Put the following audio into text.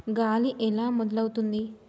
గాలి ఎలా మొదలవుతుంది?